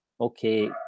okay